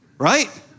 Right